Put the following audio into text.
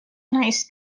nice